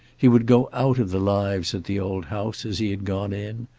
he would go out of the lives at the old house as he had gone in,